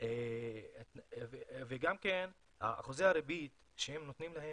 וגם אחוזי הריבית שנותנים הם